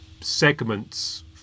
segments